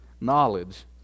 knowledge